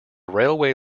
railway